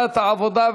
לוועדת העבודה,